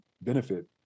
benefit